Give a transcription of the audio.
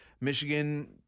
Michigan